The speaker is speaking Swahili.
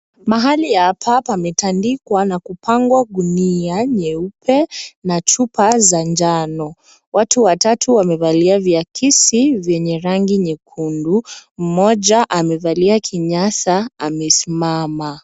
Mahali hapa pametandikwa na kupangwa gunia nyeupe na chupa za njano. Watu watatu wamevalia viagizi venye rangi nyekundu, moja amevalia kinyaza amesimama.